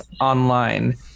online